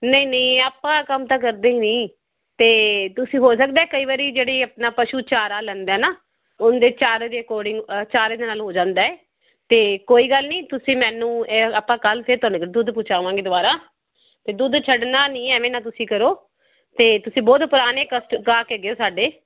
ਨਹੀਂ ਨਹੀਂ ਆਪਾਂ ਕੰਮ ਤਾਂ ਕਰਦੇ ਹੀ ਨਹੀਂ ਅਤੇ ਤੁਸੀਂ ਹੋ ਸਕਦਾ ਹੈ ਕਈ ਵਾਰੀ ਜਿਹੜੀ ਆਪਣਾ ਪਸ਼ੂ ਚਾਰਾ ਲੈਂਦਾ ਨਾ ਉਹ ਦੇ ਚਾਰੇ ਦੇ ਅਕੋਡਿੰਗ ਚਾਰੇ ਦੇ ਨਾਲ ਹੋ ਜਾਂਦਾ ਹੈ ਅਤੇ ਕੋਈ ਗੱਲ ਨਹੀਂ ਤੁਸੀਂ ਮੈਨੂੰ ਹੈ ਆਪਾਂ ਕੱਲ੍ਹ ਫੇਰ ਤੁਹਾਨੂੰ ਦੁੱਧ ਪਹੁੰਚਾਵਾਂਗੇ ਦੁਆਰਾ ਅਤੇ ਦੁੱਧ ਛੱਡਣਾ ਨਹੀਂ ਹੈ ਐਵੇਂ ਨਾ ਤੁਸੀਂ ਕਰੋ ਅਤੇ ਤੁਸੀਂ ਬਹੁਤ ਪੁਰਾਣੇ ਕਸਟ ਗਾਹਕ ਹੈਗੇ ਸਾਡੇ